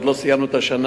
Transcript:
ועוד לא סיימנו את השנה,